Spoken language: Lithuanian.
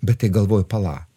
bet tai galvoju pala